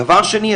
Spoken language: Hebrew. דבר שני,